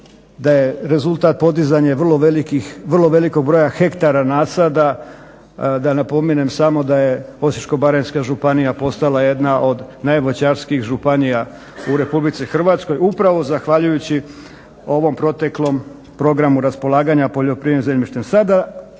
da je rezultat podizanje vrlo velikog broja hektara nasada, da napomenem samo da je Osječko-baranjska županija postala jedan od najvoćarskijih županija u RH upravo zahvaljujući ovom proteklom programu raspolaganja poljoprivrednim zemljištem. Sada